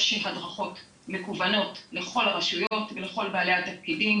הדרכות לכל הרשויות ולכל בעלי התפקידים,